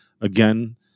again